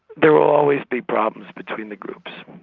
there will always be problems between the groups.